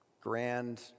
grand